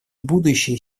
будущее